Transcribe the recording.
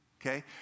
okay